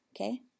Okay